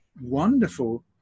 wonderful